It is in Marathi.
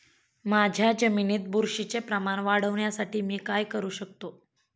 माझ्या जमिनीत बुरशीचे प्रमाण वाढवण्यासाठी मी काय करू शकतो?